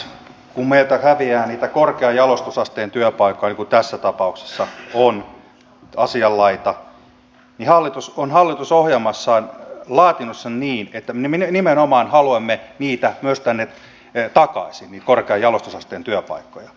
kun meiltä häviää niitä korkean jalostusasteen työpaikkoja niin kuin tässä tapauksessa on asianlaita niin hallitus on hallitusohjelmassaan laatinut sen niin että me nimenomaan haluamme myös tänne takaisin niitä korkean jalostusasteen työpaikkoja